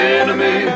enemy